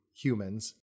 humans